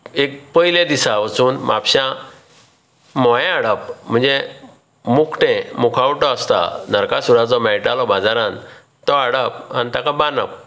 एक पयल्या दिसा वचून म्हापश्यां मोंयें हाडप म्हणजें मुकटें मुकावटो आसता नारकासुराचो मेळटालो बाजारांत तो हाडप आनी ताका बांदप